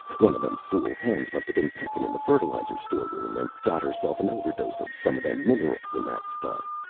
one of them fool hens must of been pecking in the fertilizer storeroom and got herself an overdose of some of them minerals in that stuff.